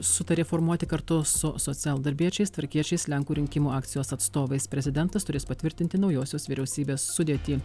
sutarė formuoti kartu su socialdarbiečiais tvarkiečiais lenkų rinkimų akcijos atstovais prezidentas turės patvirtinti naujosios vyriausybės sudėtį